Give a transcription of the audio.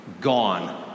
gone